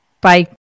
Bye